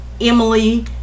Emily